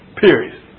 Period